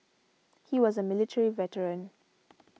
he was a military veteran